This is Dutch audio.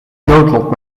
noodlot